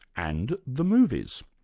and the movies.